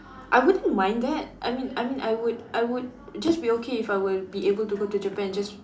I wouldn't mind that I mean I mean I would I would just be okay if I were be able to go to Japan just